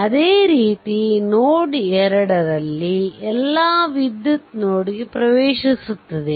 ಅದೇ ರೀತಿ ನೋಡ್ 2 ನಲ್ಲಿ ಎಲ್ಲ ವಿದ್ಯುತ್ ನೋಡ್ ಗೆ ಪ್ರವೇಶಿಸುತ್ತದೆ